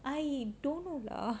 I don't know lah